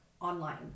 online